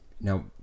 Now